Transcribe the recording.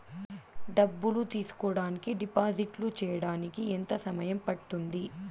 డబ్బులు తీసుకోడానికి డిపాజిట్లు సేయడానికి ఎంత సమయం పడ్తుంది